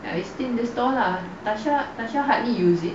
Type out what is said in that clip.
I still the store lah actually actually I hardly use it